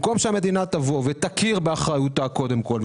במקום שהמדינה תבוא ותכיר באחריותה קודם כול,